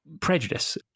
prejudice